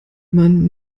man